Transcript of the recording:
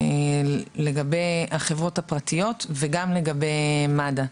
לגבי החברות הפרטיות וגם לגבי מד"א: